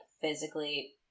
physically